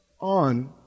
on